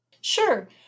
Sure